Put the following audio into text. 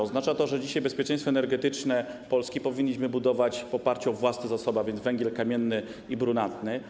Oznacza to, że dzisiaj bezpieczeństwo energetyczne Polski powinniśmy budować, wykorzystując własne zasoby, a więc węgiel kamienny i brunatny.